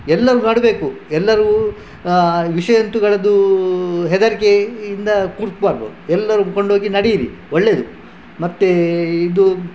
ಎಲ್ಲರು ನೆಡ್ಬೇಕು ಎಲ್ಲರು ವಿಷಜಂತುಗಳದ್ದು ಹೆದರಿಕೆಯಿಂದ ಕೂರಬಾರ್ದು ಎಲ್ಲರು ಕೊಂಡೋಗಿ ನೆಡಿಯಿರಿ ಒಳ್ಳೇದು ಮತ್ತೆ ಇದು